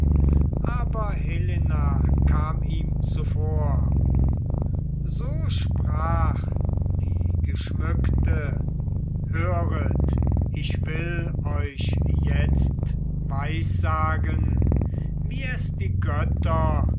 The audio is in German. aber helena kam ihm zuvor so sprach die geschmückte höret ich will euch jetzt weissagen wie es die götter